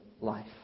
life